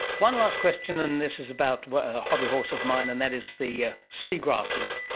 one last question, and this is about a hobbyhorse of mind, and that is the ah sea grasses,